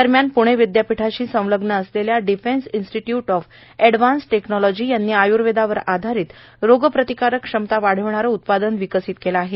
दरम्यान पुणे विद्यापिठाशी संलग्न असलेल्या defence institute of advance technology यांनी आय्र्वेदावर आधारित रोगप्रतिकारक क्षमता वाढवणारे उत्पादन विकसित केले आहे